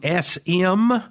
SM